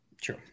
True